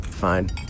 fine